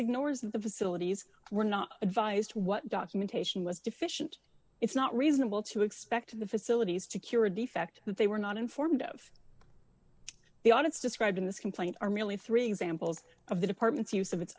ignores the facilities were not advised what documentation was deficient it's not reasonable to expect the facilities to cure a defect that they were not informed of the audits described in this complaint are merely three examples of the department's use of it's